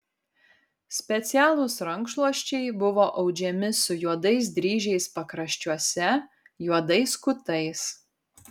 specialūs rankšluosčiai buvo audžiami su juodais dryžiais pakraščiuose juodais kutais